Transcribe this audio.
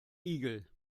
igel